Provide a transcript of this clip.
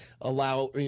allow